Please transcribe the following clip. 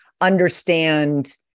understand